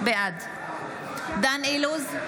בעד דן אילוז,